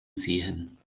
sehen